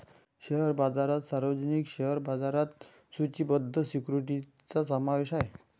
share बाजारात सार्वजनिक share बाजारात सूचीबद्ध सिक्युरिटीजचा समावेश आहे